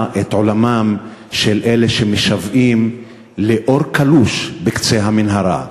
את עולמם של אלה שמשוועים לאור קלוש בקצה המנהרה.